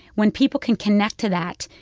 when people can connect to that,